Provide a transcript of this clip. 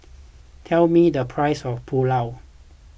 tell me the price of Pulao